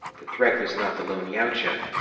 the threat was not the lone yautja,